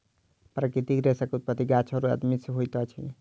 प्राकृतिक रेशा के उत्पत्ति गाछ और आदमी से होइत अछि